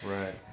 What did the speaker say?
right